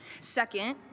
Second